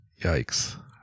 Yikes